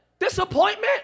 Disappointment